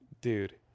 Dude